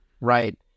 right